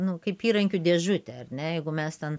nu kaip įrankių dėžutė ar ne jeigu mes ten